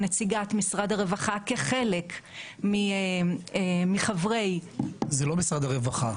נציגת משרד הרווחה כחלק מחברי --- זה לא משרד הרווחה.